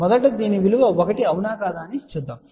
మొదట దీని విలువ 1 అవునా కాదా అని చూద్దాం